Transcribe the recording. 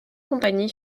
compagnie